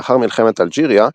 לאחר מלחמת אלג'יריה,